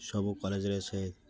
ସବୁ କଲେଜରେ ସେ